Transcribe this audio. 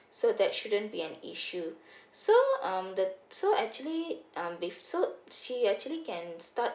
so that shouldn't be an issue so um the so actually um with so she actually can start